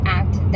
act